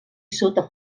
sota